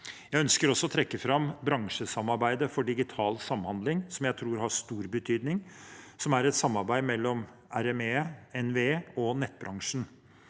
Jeg ønsker også å trekke fram bransjesamarbeidet for digital samhandling, som jeg tror har stor betydning, som er et samarbeid mellom RME, NVE og nettbransjen.